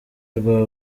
rwa